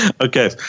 Okay